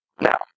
Now